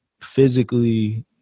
Physically